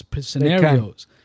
scenarios